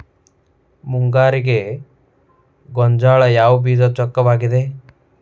ಮುಂಗಾರಿಗೆ ಗೋಂಜಾಳ ಯಾವ ಬೇಜ ಚೊಕ್ಕವಾಗಿವೆ?